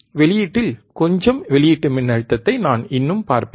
வெளியீட்டில் கொஞ்சம் வெளியீட்டு மின்னழுத்தத்தை நான் இன்னும் பார்ப்பேன்